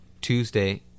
Tuesday